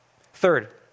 Third